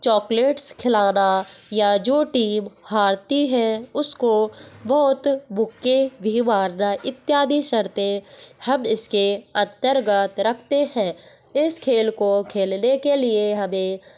chocolates खिलाना या जो टीम हारती है उसको बहुत मुक्के भी मारना इत्यादि शर्तें हम इसके अंतर्गत रखते हैं इस खेल को खेलने के लिए हमें